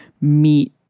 meet